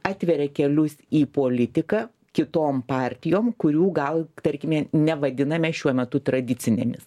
atveria kelius į politiką kitom partijom kurių gal tarkime nevadiname šiuo metu tradicinėmis